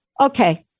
Okay